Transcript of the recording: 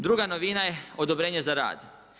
Druga novina je odobrenje za rad.